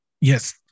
Yes